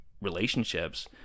Relationships